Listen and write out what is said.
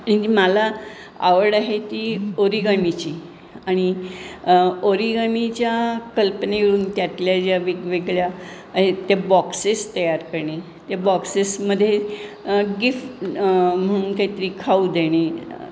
मला आवड आहे ती ओरिगामीची आणि ओरिगामीच्या कल्पनेवरून त्यातल्या ज्या वेगवेगळ्या आहेत त्या बॉक्सेस तयार करणे त्या बॉक्सेसमध्ये गिफ्ट म्हणून काहीतरी खाऊ देणे